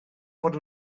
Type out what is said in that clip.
fod